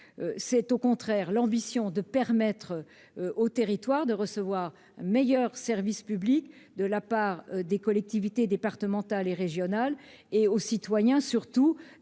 est au contraire de permettre au territoire de recevoir de meilleurs services publics de la part des collectivités départementales et régionales et aux élus d'être